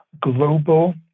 global